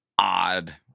odd